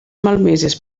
malmeses